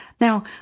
Now